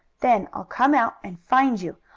then i'll come out and find you,